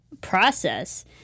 process